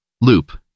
Loop